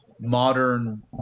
Modern